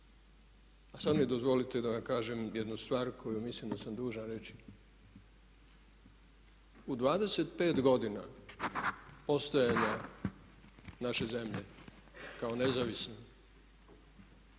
A sad mi dozvolite da vam kažem jednu stvar koju mislim da sam dužan reći. U 25 godina postojanja naše zemlje kao nezavisne